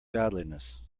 godliness